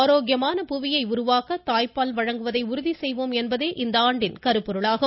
ஆரோக்கியமான புவியை உருவாக்க தாய்ப்பால் வழங்குவதை உறுதிசெய்வோம் என்பதே இந்த ஆண்டின் கருப்பொருளாகும்